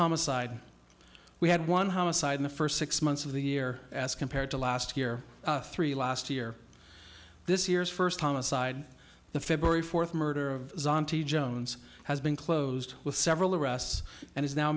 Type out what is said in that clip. homicide we had one homicide in the first six months of the year as compared to last year three last year this year's first homicide the february fourth murder of zante jones has been closed with several arrests and is now